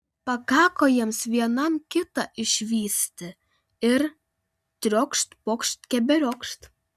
pakako jiems vienam kitą išvysti ir triokšt pokšt keberiokšt